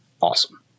awesome